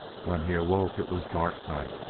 when he awoke, it was dark night.